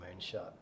moonshot